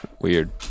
Weird